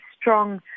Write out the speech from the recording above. strong